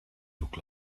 look